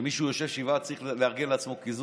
שמי שיושב שבעה צריך לארגן לעצמו קיזוז.